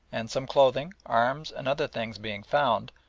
and some clothing, arms, and other things being found,